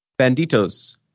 Banditos